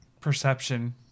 perception